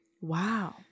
Wow